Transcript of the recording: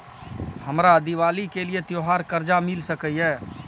हमरा दिवाली के लिये त्योहार कर्जा मिल सकय?